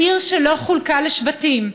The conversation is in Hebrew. העיר שלא חולקה לשבטים.